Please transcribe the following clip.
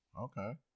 Okay